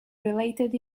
related